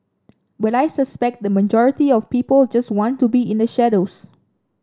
but I suspect the majority of people just want to be in the shadows